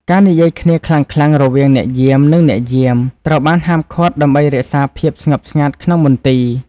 ការនិយាយគ្នាខ្លាំងៗរវាងអ្នកយាម និងអ្នកយាម ត្រូវបានហាមឃាត់ដើម្បីរក្សាភាពស្ងប់ស្ងាត់ក្នុងមន្ទីរ។